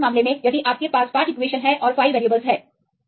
इसलिए इस मामले में यदि आपके पास 5 समीकरण और 5 वेरियेबल्स हैं